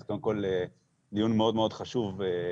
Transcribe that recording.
אז קודם כל זה דיון מאוד מאוד חשוב בעניינו.